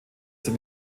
sind